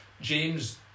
James